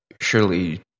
surely